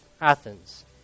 Athens